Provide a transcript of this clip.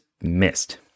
missed